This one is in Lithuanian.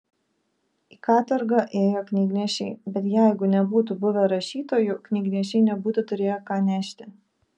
į katorgą ėjo knygnešiai bet jeigu nebūtų buvę rašytojų knygnešiai nebūtų turėję ką nešti